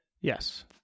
Yes